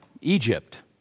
Egypt